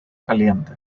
caliente